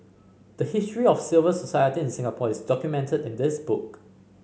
the history of civil society in Singapore is documented in this book